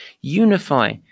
unify